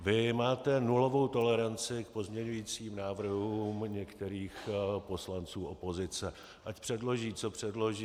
Vy máte nulovou toleranci k pozměňovacím návrhům některých poslanců opozice, ať předloží, co předloží.